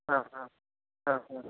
हां हां हां हां